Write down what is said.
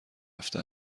رفته